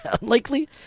Unlikely